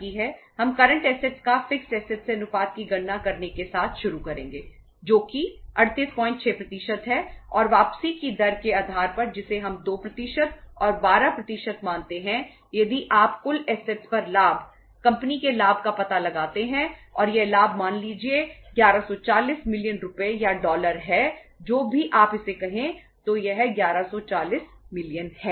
हमने अनुपात की गणना की है